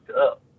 up